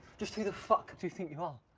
just who the fuck do you think you are?